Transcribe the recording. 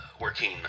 working